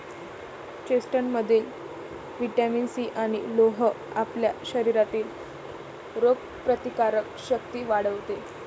चेस्टनटमधील vitamin C आणि लोह आपल्या शरीरातील रोगप्रतिकारक शक्ती वाढवते